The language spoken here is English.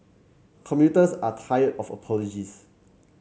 commuters are tired of apologies